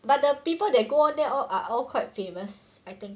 but the people that go on there are all quite famous I think